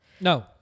No